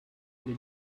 les